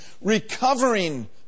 recovering